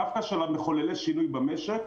דווקא של מחוללי השינוי במשק,